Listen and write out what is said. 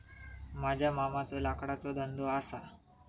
माझ्या मामाचो लाकडाचो धंदो असा